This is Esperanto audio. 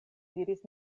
diris